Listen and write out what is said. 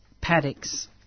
paddocks